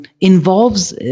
involves